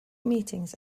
meetings